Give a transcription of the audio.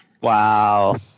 Wow